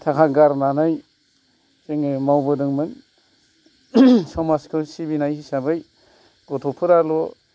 थाखा गारनानै जोङो मावबोदोंमोन समाजखौ सिबिनाय हिसाबै गथ'फोराल'